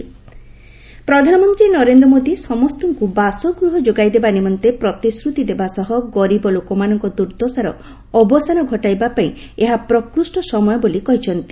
PM light house ପ୍ରଧାନମନ୍ତ୍ରୀ ନରେନ୍ଦ୍ର ମୋଦି ସମସ୍ତଙ୍କୁ ବାସଗୃହ ଯୋଗାଇଦେବା ନିମନ୍ତେ ପ୍ରତିଶ୍ରତି ଦେବା ସହ ଗରିବ ଲୋକମାନଙ୍କ ଦୁର୍ଦ୍ଦଶାର ଅବସାନ ଘଟାଇବା ପାଇଁ ଏହା ପ୍ରକୃଷ୍ଟ ସମୟ ବୋଲି କହିଛନ୍ତି